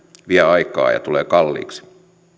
vie aikaa ja tulee kalliiksi